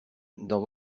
dans